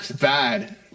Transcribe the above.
Bad